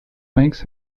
makes